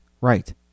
Right